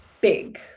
big